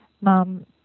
Mom